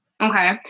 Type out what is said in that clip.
Okay